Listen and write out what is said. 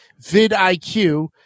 VidIQ